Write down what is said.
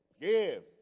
give